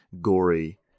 gory